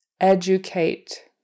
Educate